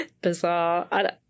Bizarre